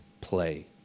play